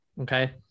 okay